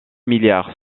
milliards